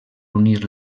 unir